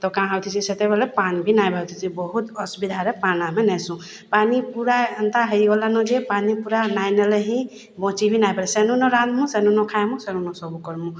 ତ କାଁ ହଉଥିସି ସେତେବେଲେ ପାଏନ୍ ବି ନାଇଁ ବାହାରୁଥିସି ବହୁତ୍ ଅସୁବିଧାରେ ପାଏନ୍ ଆମେ ନେସୁଁ ପାନି ପୁରା ଏନ୍ତା ହେଇଗଲାନ ଯେ ପାନି ପୁରା ନାଇଁ ନେଲେ ହିଁ ବଞ୍ଚିବି ନାଇଁ ପାରୁ ସେନୁ ନ ରାନ୍ଧିମୁ ସେନୁ ନ ଖାଏମୁ ସେନୁନ ସବୁ କର୍ମୁ